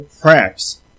cracks